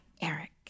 Eric